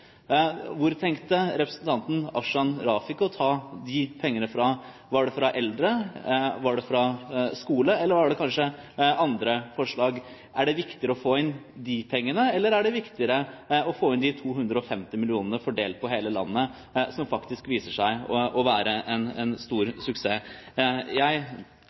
Hvor tenkte representanten Afshan Rafiq å ta de pengene fra? Er det fra eldre, er det fra skole, eller har man kanskje andre forslag? Er det viktigere å få inn de pengene, eller er det viktigere å få inn 250 mill. kr fordelt på hele landet, fra noe som faktisk viser seg å være en stor suksess? Jeg